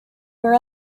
were